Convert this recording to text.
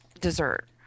dessert